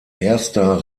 erster